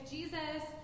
Jesus